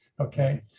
Okay